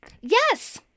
Yes